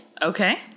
Okay